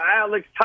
Alex